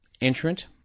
entrant